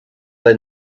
they